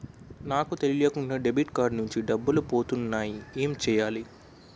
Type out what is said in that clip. నాకు తెలియకుండా debit card నుంచి డబ్బులు పోతున్నాయి ఎం చెయ్యాలి?